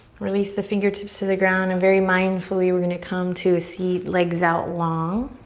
release the fingertips to the ground and very mindfully we're gonna come to seat, legs out long.